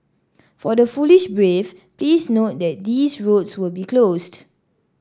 for the foolish brave please note that these roads will be closed